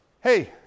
Hey